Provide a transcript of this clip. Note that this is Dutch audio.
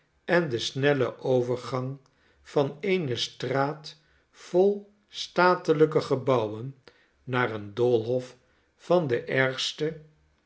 en de snelle overgang van eene straat vol statelijke gebouwen naar een doolhof van de ergste